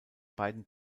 beiden